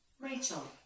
Rachel